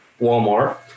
Walmart